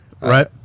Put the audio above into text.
Right